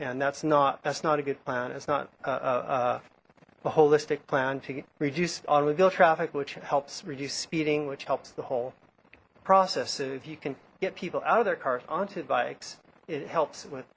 and that's not that's not a good plan it's not a holistic plan to reduce automobile traffic which helps reduce speeding which helps the whole process if you can get people out of their cars onto bikes it helps with